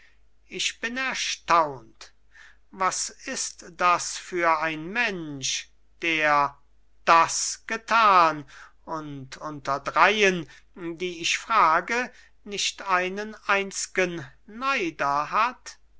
ich bin erstaunt was ist das für ein mensch der das getan und unter dreien die ich frage nicht einen einzgen neider hat